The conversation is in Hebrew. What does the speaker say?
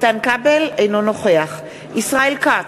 אינו נוכח ישראל כץ,